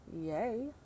Yay